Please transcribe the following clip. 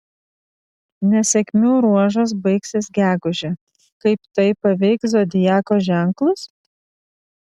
nesėkmių ruožas baigsis gegužę kaip tai paveiks zodiako ženklus